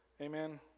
Amen